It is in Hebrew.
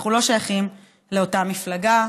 אנחנו לא שייכים לאותה מפלגה,